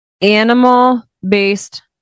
Animal-based